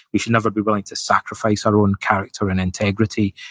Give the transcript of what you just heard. we should never be willing to sacrifice our own character and integrity,